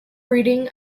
breeding